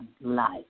life